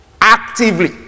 Actively